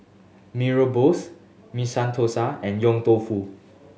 Mee Rebus Masala Thosai and Yong Tau Foo